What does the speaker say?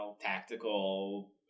tactical